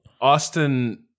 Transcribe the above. Austin